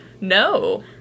No